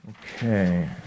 Okay